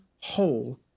whole